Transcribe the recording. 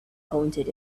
counted